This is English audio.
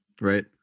right